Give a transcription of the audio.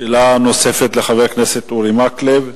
שאלה נוספת לחבר הכנסת אורי מקלב.